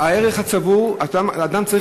מכל חברה אדם צריך